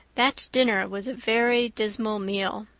that dinner was a very dismal meal.